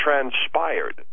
transpired